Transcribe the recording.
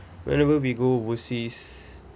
whenever we go overseas